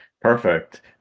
Perfect